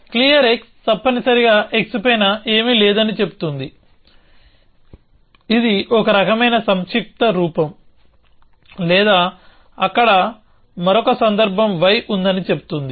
clear తప్పనిసరిగా x పైన ఏమీ లేదని చెబుతుంది ఇది ఒక రకమైన సంక్షిప్త రూపం లేదా అక్కడ మరొక సందర్భం y ఉందని చెబుతుంది